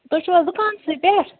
تُہۍ چھُو حظ دُکانسٕے پٮ۪ٹھ